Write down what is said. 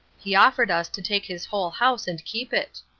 he offered us to take his whole house and keep it.